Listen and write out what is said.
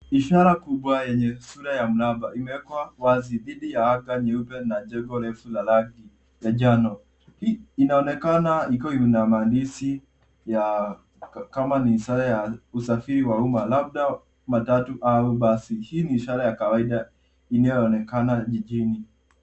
Ishara kubwa yenye sura ya mraba, imewekwa wazi dhidi ya anga nyeupe na jengo refu la rangi ya njano. Hii inaonekana ikiwa ina maandishi ya kama ni saa ya usafiri wa umma, labda matatu au basi. Hii ni ishara ya kawaida inayoonekana jijini.